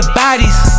bodies